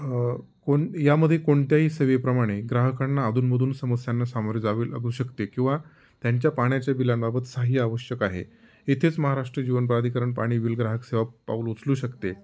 कोण यामध्येे कोणत्याही सेवेप्रमाणे ग्राहकांना अधूनमधून समस्यांना सामोरे जावे लागू शकते किंवा त्यांच्या पाण्याच्या बिलांबाबत साह्य आवश्यक आहे इथेच महाराष्ट्र जीवनप्राधीकरण पाणी विल ग्राहक सेवा पाऊल उचलू शकते